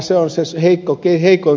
se on se heikoin ketju